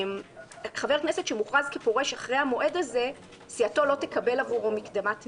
חבר כנסת שמוכרז כפורש אחרי המועד הזה סיעתו לא תקבל עבורו מקדמת מימון.